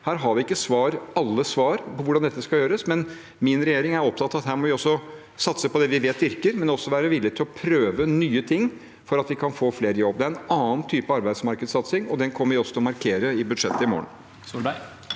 Vi har ikke alle svar på hvordan dette skal gjøres, men min regjering er opptatt av at vi her må satse på det vi vet virker, men også være villig til å prøve nye ting for at vi kan få flere i jobb. Det er en annen type arbeidsmarkedssatsing, og den kommer vi også til å markere i budsjettet i morgen.